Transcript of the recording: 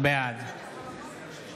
בעד